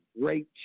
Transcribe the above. great